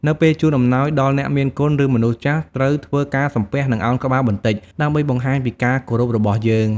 នៅពេលជូនអំណោយដល់អ្នកមានគុណ ឬមនុស្សចាស់ ត្រូវធ្វើការ សំពះ និង ឱនក្បាលបន្តិច ដើម្បីបង្ហាញពីការគោរពរបស់យើង។